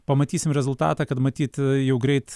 pamatysim rezultatą kad matyt jau greit